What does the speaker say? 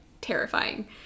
terrifying